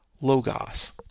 Logos